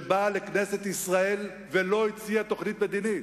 שבאה לכנסת ישראל ולא הציעה תוכנית מדינית.